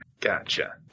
Gotcha